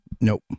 Nope